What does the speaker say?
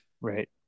right